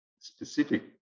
specific